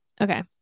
okay